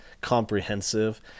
comprehensive